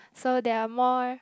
so they are more